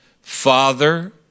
Father